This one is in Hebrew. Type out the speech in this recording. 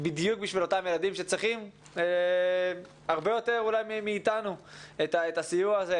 בדיוק בשביל אותם ילדים שצריכים אולי הרבה יותר מאיתנו את הסיוע הזה,